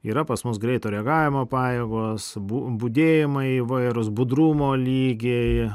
yra pas mus greito reagavimo pajėgos bu budėjimai įvairūs budrumo lygiai